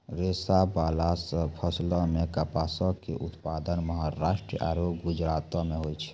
रेशाबाला फसलो मे कपासो के उत्पादन महाराष्ट्र आरु गुजरातो मे होय छै